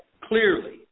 clearly